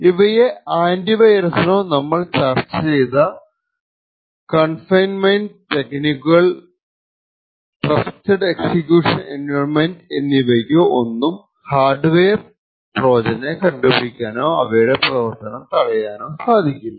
ഇവയെ ആന്റി വൈറസിനോ നമ്മൾ ചർച്ച ചെയ്ത കൺഫൈൻമെൻറ് ടെക്നിക്കുകൾ OKWS ട്രസ്റ്റഡ് എക്സിക്യൂഷൻ എൻവയൺമെൻറ് എന്നിവയ്ക്കോ ഒന്നും ഹാർഡ് വെയർ ട്രോജനെ കണ്ടുപ്പിടിക്കാനോ അവയുടെ പ്രവർത്തനം തടയാനോ സാധിക്കില്ല